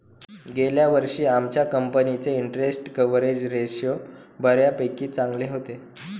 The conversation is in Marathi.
गेल्या वर्षी आमच्या कंपनीचे इंटरस्टेट कव्हरेज रेशो बऱ्यापैकी चांगले होते